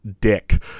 dick